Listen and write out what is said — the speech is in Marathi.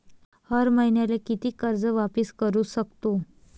हर मईन्याले कितीक कर्ज वापिस करू सकतो?